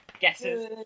guesses